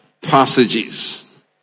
passages